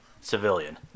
civilian